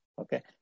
Okay